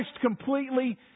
completely